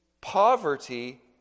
poverty